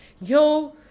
Yo